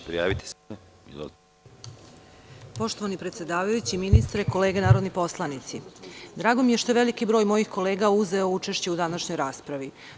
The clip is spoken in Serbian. Poštovani predsedavajući, ministre, kolege narodni poslanici, drago mi je što je veliki broj mojih kolega uzeo učešće u današnjoj raspravi.